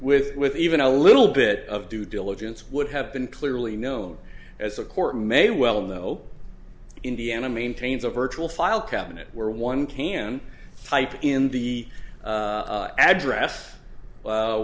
with with even a little bit of due diligence would have been clearly known as a court may well know indiana maintains a virtual file cabinet where one can type in the address